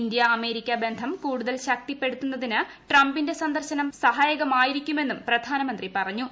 India America ബന്ധം കൂടുതൽ ശക്തിപ്പെടുത്തുന്നതിന് ട്രംപിന്റെ സന്ദർശനം സഹായിക്കുമെന്നും പ്രധാനമന്ത്രി ്പറഞ്ഞു